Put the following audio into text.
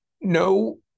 no